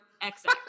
exit